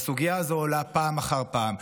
והסוגיה הזו עולה פעם אחר פעם.